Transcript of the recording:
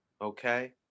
okay